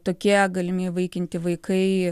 tokie galimi įvaikinti vaikai